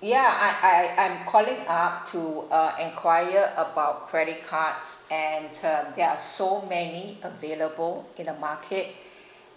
ya I I I I'm calling up to uh enquire about credit cards and uh there are so many available in the market